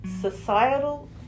societal